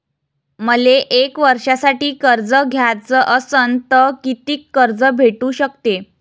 मले एक वर्षासाठी कर्ज घ्याचं असनं त कितीक कर्ज भेटू शकते?